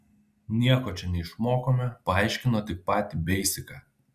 nieko čia neišmokome paaiškino tik patį beisiką